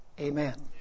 Amen